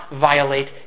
violate